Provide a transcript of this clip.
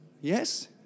Yes